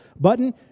button